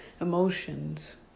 emotions